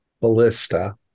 ballista